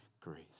grace